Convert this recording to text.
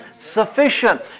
sufficient